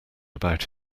about